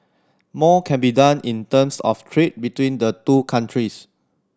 more can be done in terms of trade between the two countries